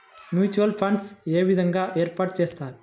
Mutual funds ఏ విధంగా ఏర్పాటు చేస్తారు?